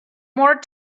more